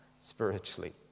spiritually